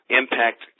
impact